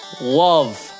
love